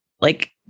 Like-